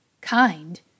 Kind